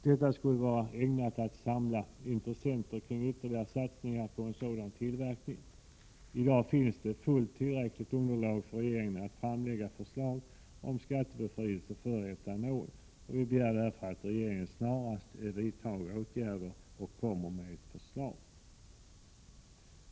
Detta skulle vara ägnat att samla intressenter kring ytterligare satsningar på en sådan tillverkning. I dag finns det fullt tillräckligt underlag för regeringen att framlägga förslag om skattebefrielse för etanol. Vi begär därför att regeringen snarast vidtar åtgärder och kommer med förslag.